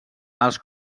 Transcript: els